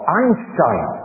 Einstein